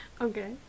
okay